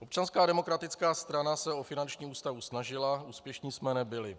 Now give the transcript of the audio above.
Občanská demokratická strana se o finanční ústavu snažila, úspěšní jsme nebyli.